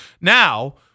Now